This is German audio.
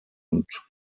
und